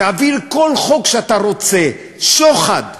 תעביר כל חוק שאתה רוצה, שוחד,